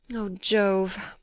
o jove!